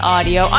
Audio